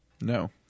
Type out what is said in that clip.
No